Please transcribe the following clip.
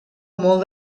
molt